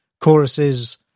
choruses